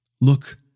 Look